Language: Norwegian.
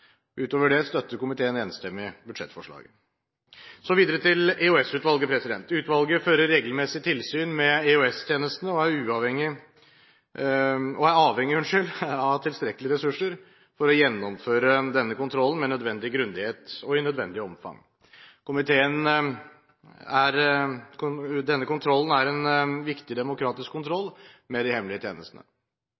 Utover det støtter komiteen enstemmig budsjettforslaget. Så videre til EOS-utvalget. Utvalget fører regelmessig tilsyn med EOS-tjenesten, og er avhengig av tilstrekkelige ressurser for å gjennomføre denne kontrollen med nødvendig grundighet og i nødvendig omfang. Denne kontrollen er en viktig demokratisk